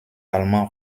allemand